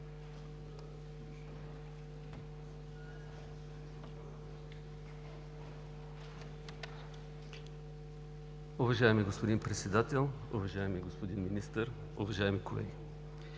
Уважаеми господин Председател, уважаеми господин Министър, уважаеми колеги